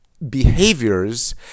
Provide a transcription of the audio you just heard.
behaviors